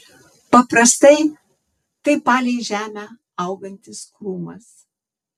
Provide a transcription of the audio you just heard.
paprastai tai palei žemę augantis krūmas